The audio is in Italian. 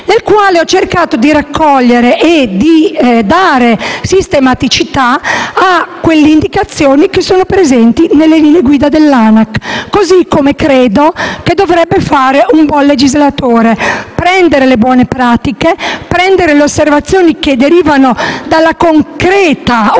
leggi, ho cercato di raccogliere e di dare sistematicità alle indicazioni presenti nelle linee guida dell'ANAC, così come credo che dovrebbe fare un buon legislatore: partire dalle buone pratiche e dalle osservazioni che derivano dalla concreta osservazione